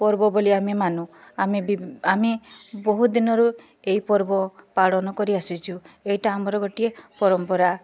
ପର୍ବ ବୋଲି ଆମେ ମାନୁ ଆମେ ବିଭି ଆମେ ବହୁ ଦିନରୁ ଏଇ ପର୍ବ ପାଳନ କରିଆସିଛୁ ଏଇଟା ଆମର ଗୋଟିଏ ପରମ୍ପରା